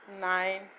nine